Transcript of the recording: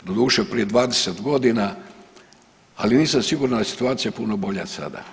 Doduše, prije 20 godina, ali nisam siguran da je situacija puno bolja sada.